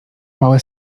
małe